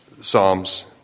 Psalms